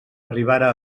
arribara